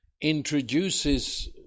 introduces